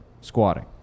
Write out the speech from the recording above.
squatting